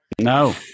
No